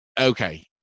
Okay